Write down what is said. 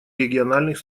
региональных